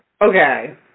Okay